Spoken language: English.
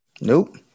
Nope